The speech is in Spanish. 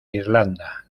irlanda